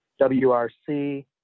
WRC